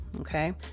okay